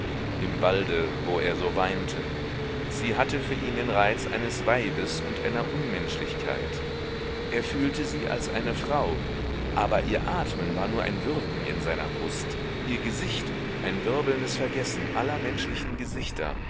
im walde wo er so weinte sie hatte für ihn den reiz eines weibes und einer unmenschlichkeit er fühlte sie als eine frau aber ihr atmen war nur ein würgen in seiner brust ihr gesicht ein wirbelndes vergessen aller menschlichen gesichter